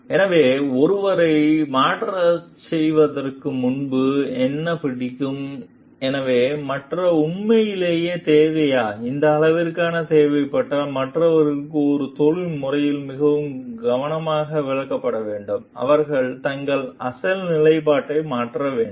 எனவே ஒருவரை மாற்றச் சொல்வதற்கு முன்பு என்ன பிடிக்கும் எனவே மாற்றம் உண்மையிலேயே தேவையா எந்த அளவிற்கு தேவைப்பட்டால் மற்றவர்களுக்கு ஒரு தொழில்முறை வழியில் மிகவும் கவனமாக விளக்கப்பட வேண்டும் அவர்கள் தங்கள் அசல் நிலைப்பாட்டை மாற்ற வேண்டும்